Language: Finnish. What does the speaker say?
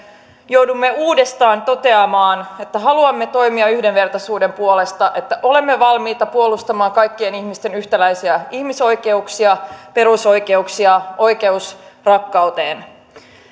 joudumme uudestaan toteamaan että haluamme toimia yhdenvertaisuuden puolesta että olemme valmiita puolustamaan kaikkien ihmisten yhtäläisiä ihmisoikeuksia perusoikeuksia oikeutta rakkauteen